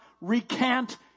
recant